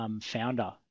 founder